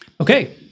Okay